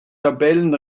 tabellen